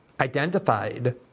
identified